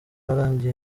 yarangiye